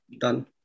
done